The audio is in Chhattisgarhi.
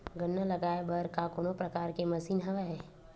गन्ना लगाये बर का कोनो प्रकार के मशीन हवय?